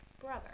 brother